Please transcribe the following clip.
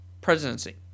presidency